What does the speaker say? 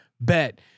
bet